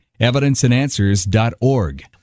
evidenceandanswers.org